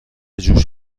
جوش